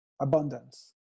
abundance